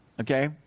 okay